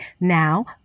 now